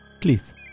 Please